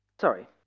sorry